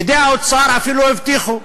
פקידי האוצר אפילו הבטיחו.